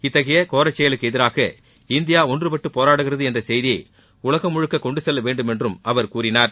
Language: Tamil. இத்தகைய கோரச் செயலுக்கு எதிராக இந்தியா ஒன்றபட்டு போராடுகிறது என்ற செய்தியை உலகம் முழுக்க கொண்டு செல்ல வேண்டும் என்றும் அவர் கூறினார்